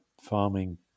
farming